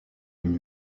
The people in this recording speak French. une